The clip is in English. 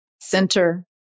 center